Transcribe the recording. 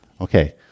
Okay